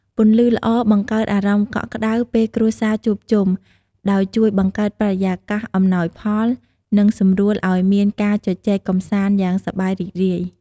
ពន្លឺល្អបង្កើតអារម្មណ៍កក់ក្ដៅពេលគ្រួសារជួបជុំ ដោយជួយបង្កើតបរិយាកាសអំណោយផល និងសម្រួលឲ្យមានការជជែកកម្សាន្តយ៉ាងសប្បាយរីករាយ។